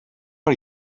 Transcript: are